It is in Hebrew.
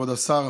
כבוד השר,